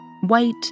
White